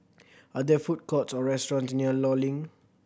are there food courts or restaurants near Law Link